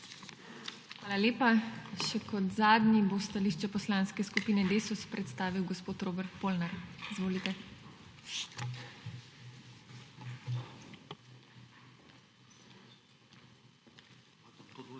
Hvala lepa. Še kot zadnji bo stališče Poslanske skupine Desus predstavil gospod Robert Polnar. Izvolite.